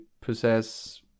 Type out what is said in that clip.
possess